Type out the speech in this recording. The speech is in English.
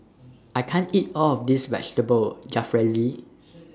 I can't eat All of This Vegetable Jalfrezi